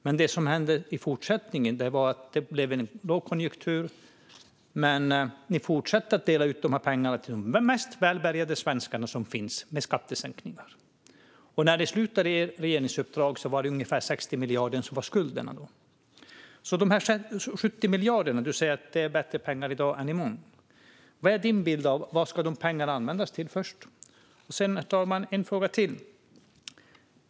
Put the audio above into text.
Men det som hände i fortsättningen var att det blev en lågkonjunktur, och ni fortsatte att dela ut pengarna till de mest välbärgade svenskarna genom skattesänkningar. När ni slutade ert regeringsuppdrag var det ungefär 60 miljarder i skulder. Du talar om dessa 70 miljarder och säger att det är bättre med pengar i dag än i morgon. Vad är din bild av vad pengarna ska användas till? Det var det första. Herr talman! Jag har en fråga till.